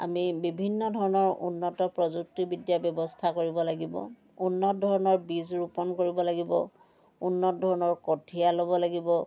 আমি বিভিন্ন ধৰণৰ উন্নত প্ৰযুক্তিবিদ্যাৰ ব্যৱস্থা কৰিব লাগিব উন্নত ধৰনৰ বীজ ৰোপন কৰিব লাগিব উন্নত ধৰণৰ কঠীয়া ল'ব লাগিব